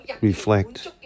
reflect